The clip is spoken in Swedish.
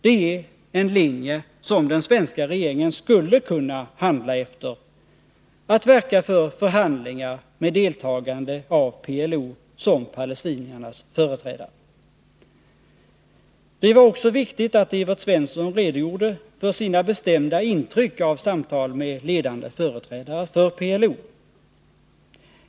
Det är en linje som den svenska regeringen skulle kunna handla efter: att verka för förhandlingar med deltagande av PLO som palestiniernas företrädare. Det var också viktigt att Evert Svensson redogjorde för sina bestämda intryck av samtal med ledande företrädare för PLO.